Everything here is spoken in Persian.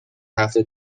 هفته